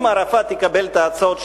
אם ערפאת יקבל את ההצעות שלנו,